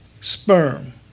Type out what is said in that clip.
sperm